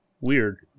weird